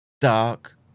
dark